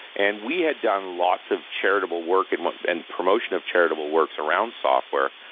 and we had done lots of charitable work and but and promotion of charitable works around software.